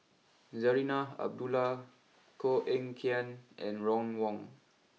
Zarinah Abdullah Koh Eng Kian and Ron Wong